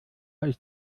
ist